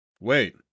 Wait